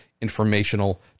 informational